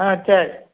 ஆ சரி